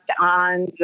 on